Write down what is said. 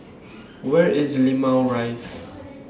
Where IS Limau Rise